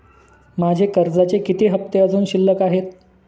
माझे कर्जाचे किती हफ्ते अजुन शिल्लक आहेत?